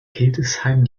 hildesheim